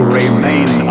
remain